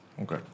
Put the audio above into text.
Okay